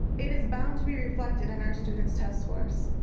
it is bound to be reflected in our students test scores.